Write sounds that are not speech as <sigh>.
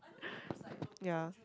<breath> ya